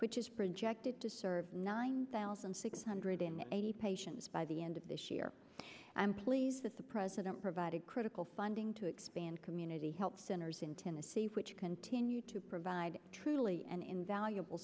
projected to serve nine thousand six hundred eighty patients by the end of this year i'm pleased that the president provided critical funding to expand community health centers in tennessee which continue to provide truly an invaluable